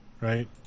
right